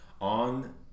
on